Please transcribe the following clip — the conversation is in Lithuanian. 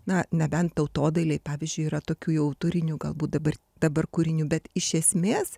na nebent tautodailėj pavyzdžiui yra tokių jau autorinių galbūt dabar dabar kūrinių bet iš esmės